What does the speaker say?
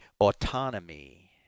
autonomy